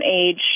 age